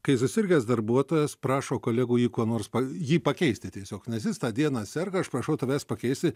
kai susirgęs darbuotojas prašo kolegų jį kuo nors pa jį pakeisti tiesiog nes jis tą dieną serga aš prašau tavęs pakeisti